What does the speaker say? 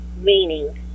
meaning